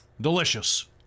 Delicious